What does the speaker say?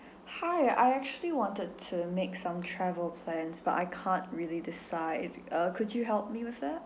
hi I actually wanted to make some travel plans but I can't really decide if uh could you help me with that